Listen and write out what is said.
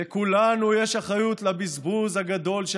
לכולנו יש אחריות לבזבוז הגדול של